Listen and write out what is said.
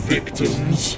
Victims